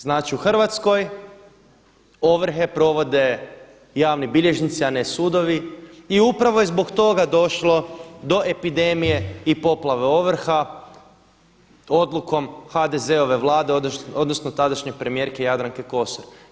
Znači, u Hrvatskoj ovrhe provode javni bilježnici, a ne sudovi i upravo je zbog toga došlo do epidemije i poplave ovrha odlukom HDZ-ove Vlade odnosno tadašnje premijerke Jadranke Kosor.